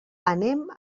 anem